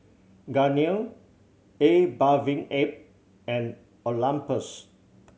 Garnier A Bathing Ape and Olympus